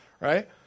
right